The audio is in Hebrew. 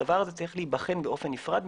הדבר הזה צריך להיבחן באופן נפרד,